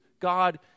God